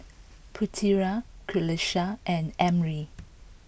Putera Qalisha and Ammir